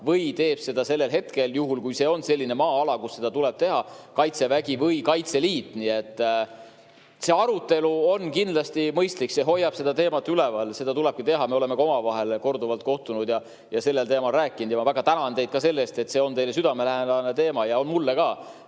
või teeb seda sellel hetkel, juhul kui see on selline maa‑ala, kus seda tuleb teha, Kaitsevägi või Kaitseliit? See arutelu on kindlasti mõistlik, see hoiab seda teemat üleval, seda tulebki teha.Me oleme ka omavahel korduvalt kohtunud ja sellel teemal rääkinud. Ma väga tänan teid selle eest, et see on teile südamelähedane teema, ja on mulle ka.